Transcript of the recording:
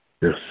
Yes